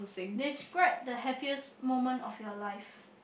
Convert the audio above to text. describe the happiest moment of your life